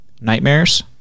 nightmares